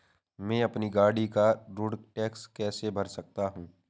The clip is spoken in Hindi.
मैं अपनी गाड़ी का रोड टैक्स कैसे भर सकता हूँ?